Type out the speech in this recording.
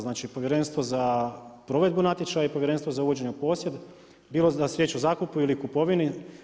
Znači, povjerenstvo za provedbu natječaja i povjerenstvo za uvođenje u posjed, bilo za sječu, zakupa ili kupovini.